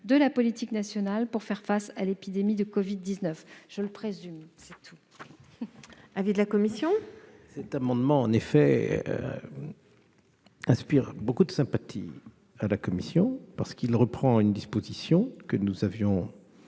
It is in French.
de la police nationale pour faire face à l'épidémie de covid-19. Quel est l'avis de la commission ? Cet amendement inspire beaucoup de sympathie à la commission, parce qu'il reprend une disposition que nous avions